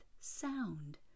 sound